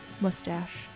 mustache